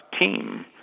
team